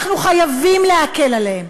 אנחנו חייבים להקל עליהם.